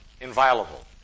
inviolable